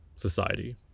society